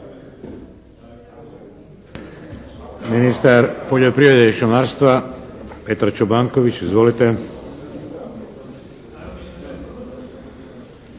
Ministar poljoprivrede i šumarstva, Petar Čobanković. Izvolite.